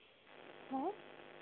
हैं